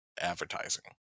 advertising